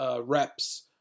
reps